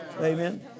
Amen